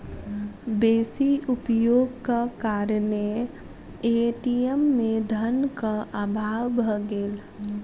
बेसी उपयोगक कारणेँ ए.टी.एम में धनक अभाव भ गेल